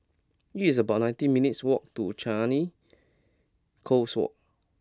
it's about nineteen minutes' walk to Changi Coast Walk